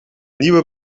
nieuwe